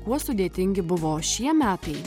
kuo sudėtingi buvo šie metai